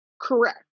Correct